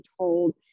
told